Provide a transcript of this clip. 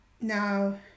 Now